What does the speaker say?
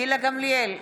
גילה גמליאל,